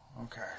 Okay